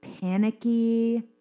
panicky